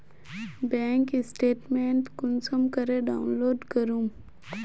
Bank statement कुंसम करे download करूम?